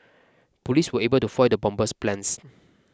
police were able to foil the bomber's plans